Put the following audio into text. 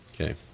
Okay